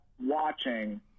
watching